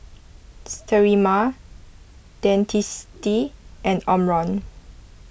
Sterimar Dentiste and Omron